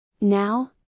Now